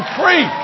free